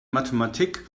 mathematik